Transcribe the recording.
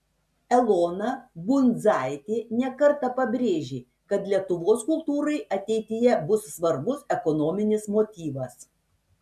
elona bundzaitė ne kartą pabrėžė kad lietuvos kultūrai ateityje bus svarbus ekonominis motyvas